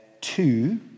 two